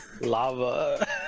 lava